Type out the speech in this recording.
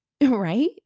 Right